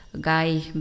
guy